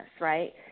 right